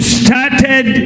started